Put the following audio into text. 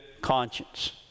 conscience